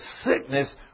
sickness